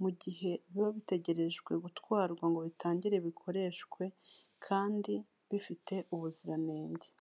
mu gihe biba bitegerejwe gutwarwa ngo bitangire bikoreshwe kandi bifite ubuziranenge.